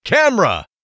Camera